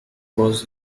was